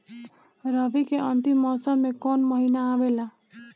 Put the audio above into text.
रवी के अंतिम मौसम में कौन महीना आवेला?